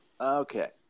Okay